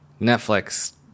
netflix